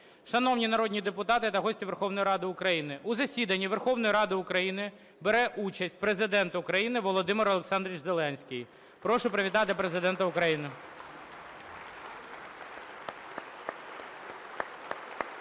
Шановні народні депутати та гості Верховної Ради України, у засіданні Верховної Ради України бере участь Президент України Володимир Олександрович Зеленський. Прошу привітати Президента України.